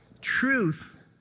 Truth